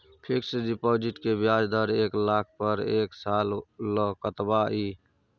Fixed deposit के ब्याज दर एक लाख पर एक साल ल कतबा इ?